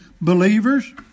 believers